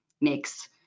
makes